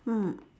mm